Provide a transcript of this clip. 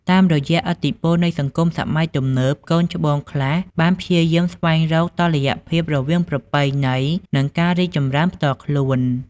តាមរយៈឥទ្ធិពលនៃសង្គមសម័យទំនើប កូនច្បងខ្លះបានព្យាយាមស្វែងរកតុល្យភាពរវាងប្រពៃណី និងការរីកចម្រើនផ្ទាល់ខ្លួន។